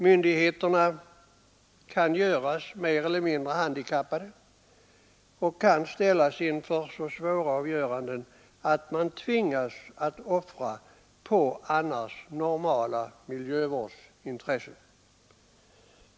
Myndigheterna kan göras mer eller mindre handikappade och ställas inför så svåra avgöranden att man tvingas offra annars normala miljöskyddsintressen.